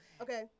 Okay